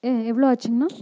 எவ்வளோ ஆச்சுங்கண்ணா